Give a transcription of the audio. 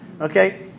Okay